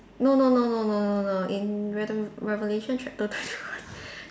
no no no no no no in reve~ revelation chapter twenty one